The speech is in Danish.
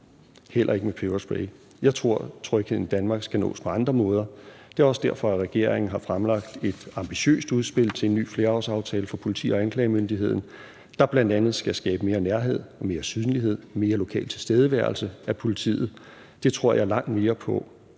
heller ikke med peberspray. Jeg tror, at trygheden i Danmark skal nås på andre måder, og det er også derfor, regeringen har fremlagt et ambitiøst udspil til en ny flerårsaftale for politi- og anklagemyndigheden, der bl.a. skal skabe mere nærhed, mere synlighed og mere lokal tilstedeværelse af politiet. Det tror jeg langt mere på